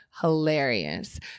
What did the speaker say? hilarious